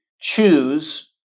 choose